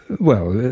well,